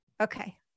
Okay